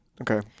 Okay